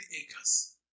acres